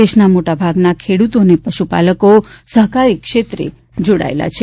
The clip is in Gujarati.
દેશના મોટાભાગના ખેડૂતો અને પશુપાલકો સહકારી ક્ષેત્રે જોડાયેલા છે